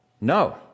No